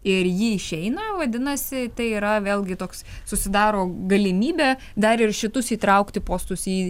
ir ji išeina vadinasi tai yra vėlgi toks susidaro galimybė dar ir šitus įtraukti postus į